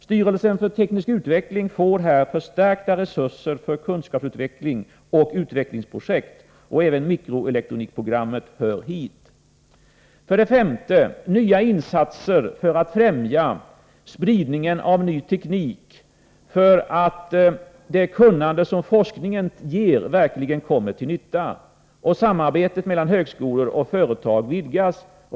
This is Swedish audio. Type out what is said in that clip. Styrelsen för teknisk utveckling får här förstärkta resurser för kunskapsutveckling och utvecklingsprojekt. Även mikroelektronik-programmet hör hit. För det femte: Nya insatser för att främja spridningen av ny teknik för att det kunnande som forskningen ger verkligen kommer till nytta. Samarbetet mellan högskolor och företag bör vidgas.